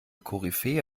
koryphäe